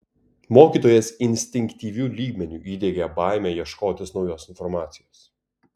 mokytojas instinktyviu lygmeniu įdiegė baimę ieškotis naujos informacijos